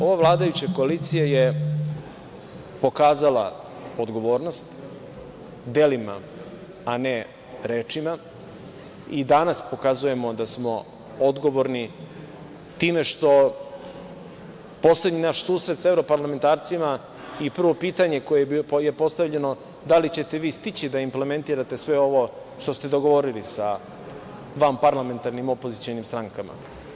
Ova vladajuća koalicija je pokazala odgovornost delima, a ne rečima i danas pokazujemo da smo odgovorni time što poslednji naš susret sa evroparlamentarcima i prvo pitanje koje je postavljeno da li ćete vi stići da implementirate sve ovo što ste dogovorili sa vanparlamentarnim opozicionim strankama.